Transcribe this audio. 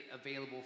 available